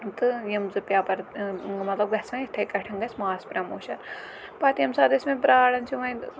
تہٕ یِم زٕ پیپَر مطلب گژھِ وۄنۍ یِتھٕے کٔٹھٮ۪ن گژھِ ماس پرٛموشَن پَتہٕ ییٚمہِ ساتہٕ أسۍ وۄنۍ پیاران چھِ وۄنۍ